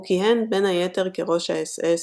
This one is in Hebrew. הוא כיהן בין היתר כראש האס אס,